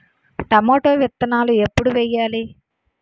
Tomato విత్తనాలు ఎప్పుడు వెయ్యాలి?